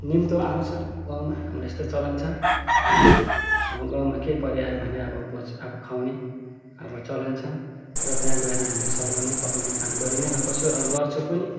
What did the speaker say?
निम्तो आँउछ गाँउमा हाम्रो यस्तै चलन छ है अब गाँउमा केही परि आयो भने अब भोज अब खुवाउने अब चलन छ र त्यहाँ गएर हामीले सघाउने पकाउने काम गरि नै रहेको छु र गर्छु पनि